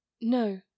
No